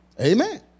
Amen